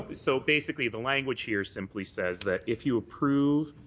but so basically the language here simply says that if you approve,